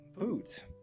foods